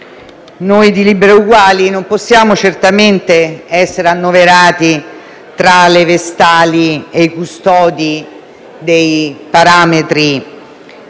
noi di Liberi e Uguali non possiamo certamente essere annoverati tra le vestali e i custodi dei parametri